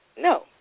No